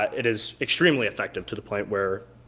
it is extremely effective to the point where